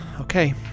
Okay